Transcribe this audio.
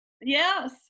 Yes